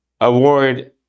award